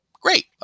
great